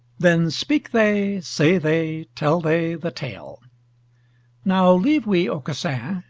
then speak they, say they, tell they the tale now leave we aucassin,